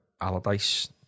Allardyce